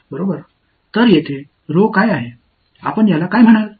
எனவே இங்கே rho என்ன இருக்கிறது அதை நீங்கள் என்ன என்று அழைப்பீர்கள்